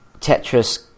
Tetris